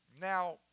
Now